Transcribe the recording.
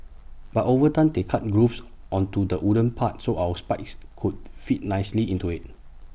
but over time they cut grooves onto the wooden part so our spikes could fit nicely into IT